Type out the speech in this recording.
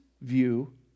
view